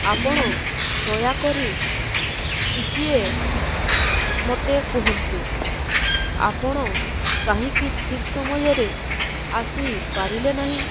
ଆପଣ ଦୟାକରି ଟିକିଏ ମୋତେ କୁହନ୍ତୁ ଆପଣ କାହିଁକି ଠିକ୍ ସମୟରେ ଆସିପାରିଲେ ନାହିଁ